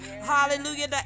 hallelujah